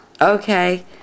Okay